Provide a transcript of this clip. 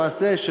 למעשה,